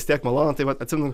vistiek malonu tai vat atsimenu